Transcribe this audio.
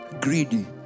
Greedy